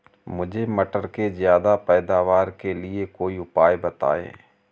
मुझे मटर के ज्यादा पैदावार के लिए कोई उपाय बताए?